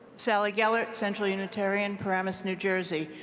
sally gellert, central unitarian, paramus, new jersey.